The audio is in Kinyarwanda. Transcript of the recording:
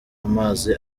amazi